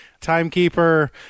timekeeper